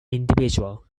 individual